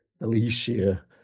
Alicia